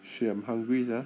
shit I'm hungry sia